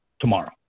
tomorrow